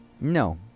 No